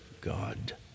God